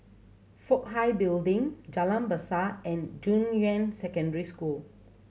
Fook Hai Building Jalan Besar and Junyuan Secondary School